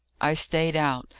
i stayed out,